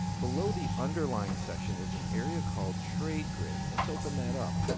below the underlying section is an area called trade grid. and let's open that up.